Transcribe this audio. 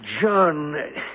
John